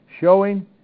showing